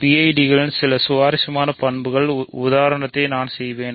PID களின் சில சுவாரஸ்யமான பண்புகளை உதாரணத்தை நான் செய்வேன்